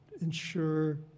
ensure